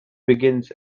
begins